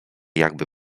jakby